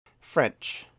French